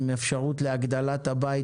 עם אפשרות להגדלת הבית,